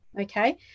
Okay